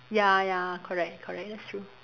ya ya correct correct that's true